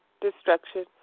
destruction